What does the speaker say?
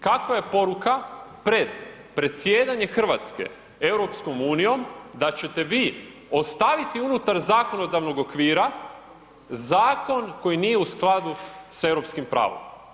Kakva je poruka pred predsjedanje Hrvatske Europskom unijom da ćete vi ostaviti unutar zakonodavnog okvira zakon koji nije u skladu s europskim pravom?